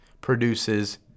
produces